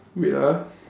wait ah